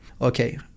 okay